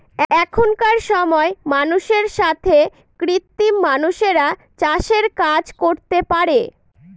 এখনকার সময় মানুষের সাথে কৃত্রিম মানুষরা চাষের কাজ করতে পারে